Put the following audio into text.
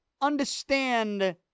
understand